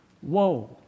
whoa